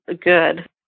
good